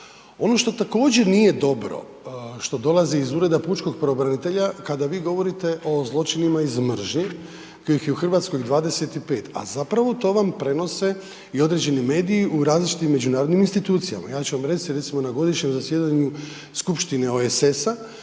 Ono što također nije dobro, što dolazi iz Ureda pučkog pravobranitelja kada vi govorite o zločinima iz mržnje kojih je u Hrvatskoj 25, a zapravo to vam prenose i određeni mediji u različitim međunarodnim institucijama. Ja ću vam reći, recimo na godišnjem zasjedanju Skupštine OESS-a